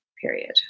period